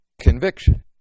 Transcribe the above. conviction